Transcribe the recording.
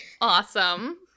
Awesome